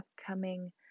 upcoming